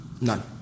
None